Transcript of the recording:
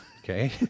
Okay